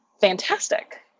Fantastic